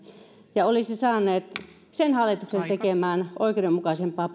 ja olisivat saaneet sen hallituksen tekemään oikeudenmukaisempaa